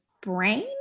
brain